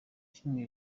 kimwe